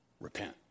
Repent